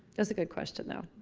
that's a good question though.